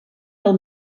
del